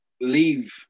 leave